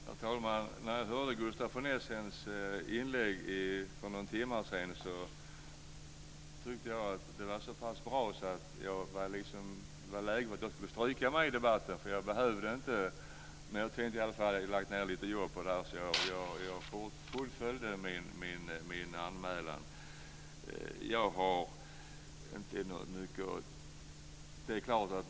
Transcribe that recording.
Herr talman! När jag hörde Gustaf von Essens inlägg för några timmar sedan tyckte jag att det var så pass bra att det var läge för mig att stryka mig från debatten, eftersom jag inte behövde delta. Men eftersom jag hade lagt ned lite jobb på detta så fullföljde jag detta och deltar i debatten.